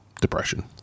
depression